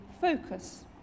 focus